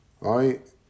Right